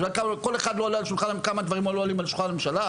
אתה יודע כמה דברים לא עולים על שולחן הממשלה?